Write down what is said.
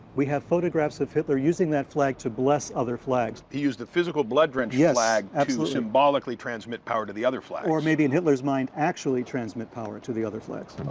we have photographs of hitler using that flag to bless other flags. he used the physical blood-drenched yeah flag to symbolically transmit power to the other flags. or, maybe in hitler's mind, actually transmit power to the other flags.